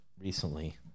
recently